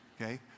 Okay